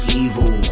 evil